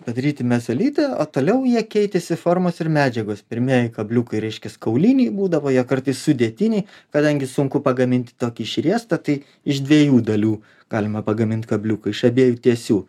padaryti mezolite o toliau jie keitėsi formos ir medžiagos pirmieji kabliukai reiškias kauliniai būdavo jie kartais sudėtiniai kadangi sunku pagaminti tokį išriestą tai iš dviejų dalių galima pagamint kabliuką iš abiejų tiesių